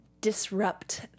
disrupt